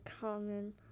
common